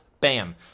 bam